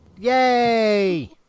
Yay